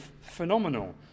phenomenal